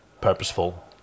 Purposeful